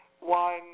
One